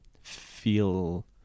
feel